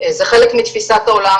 זה חלק מתפיסת העולם,